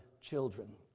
children